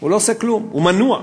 הוא לא עושה כלום, הוא מנוע.